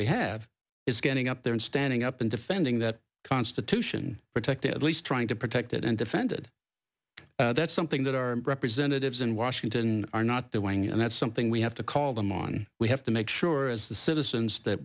we have is getting up there and standing up and defending that constitution protect at least trying to protect it and defended that's something that our representatives in washington are not doing and that's something we have to call them on we have to make sure as the citizens that